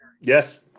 Yes